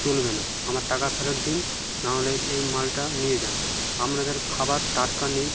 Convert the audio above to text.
চলবে না আমার টাকা ফেরত দিন নাহলে এই মালটা নিয়ে যান আপনাদের খাবার টাটকা নেই